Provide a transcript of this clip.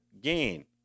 gain